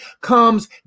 comes